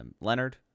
Leonard